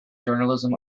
journalism